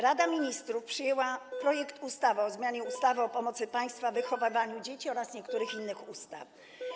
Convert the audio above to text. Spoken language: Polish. Rada Ministrów przyjęła projekt ustawy o zmianie ustawy o pomocy państwa w wychowywaniu dzieci oraz niektórych innych ustaw.